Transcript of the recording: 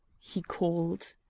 he called.